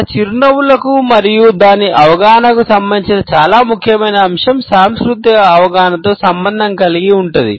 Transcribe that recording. మన చిరునవ్వులకు మరియు దాని అవగాహనకు సంబంధించిన చాలా ముఖ్యమైన అంశం సాంస్కృతిక అవగాహనతో సంబంధం కలిగి ఉంటుంది